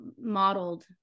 modeled